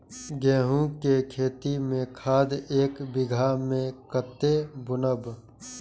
गेंहू के खेती में खाद ऐक बीघा में कते बुनब?